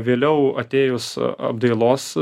vėliau atėjus apdailos